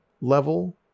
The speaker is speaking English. level